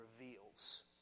reveals